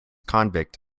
convict